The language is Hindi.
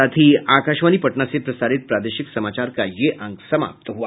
इसके साथ ही आकाशवाणी पटना से प्रसारित प्रादेशिक समाचार का ये अंक समाप्त हुआ